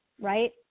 right